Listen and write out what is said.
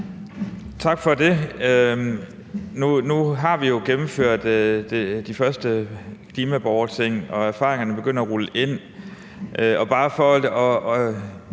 Tak for det. Nu har vi jo gennemført de første klimaborgerting, og erfaringerne begynder at rulle ind.